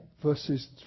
verses